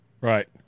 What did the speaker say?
Right